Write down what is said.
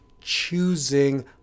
choosing